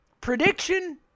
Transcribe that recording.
prediction